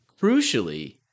Crucially